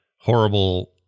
horrible